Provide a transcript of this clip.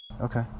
Okay